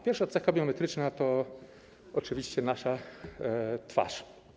Pierwsza cecha biometryczna to oczywiście nasza twarz.